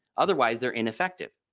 otherwise, they're ineffective.